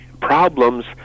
problems